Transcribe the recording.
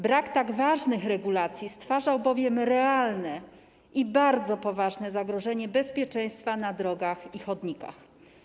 Brak tak ważnych regulacji stwarzał bowiem realne i bardzo poważne zagrożenie bezpieczeństwa na drogach i chodnikach.